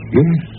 yes